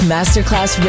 Masterclass